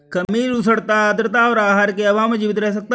खमीर उष्णता आद्रता और आहार के अभाव में जीवित रह सकता है